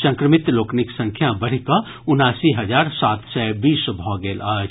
संक्रमित लोकनिक संख्या बढ़िकऽ उनासी हजार सात सय बीस भऽ गेल अछि